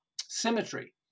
symmetry